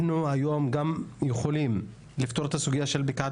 אנחנו היום גם יכולים לפתור את הסוגייה של בקעת